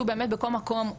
באמת בכל מקום,